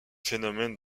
phénomène